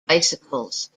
bicycles